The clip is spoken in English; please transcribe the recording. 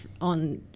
on